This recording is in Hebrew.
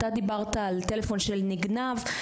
אתה דיברת על טלפון שנגנב.